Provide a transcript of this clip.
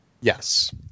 yes